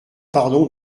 pardon